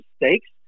mistakes